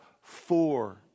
four